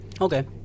Okay